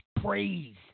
praise